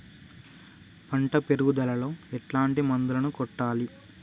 పంట పెరుగుదలలో ఎట్లాంటి మందులను కొట్టాలి?